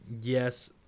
yes